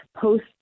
post